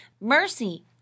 Mercy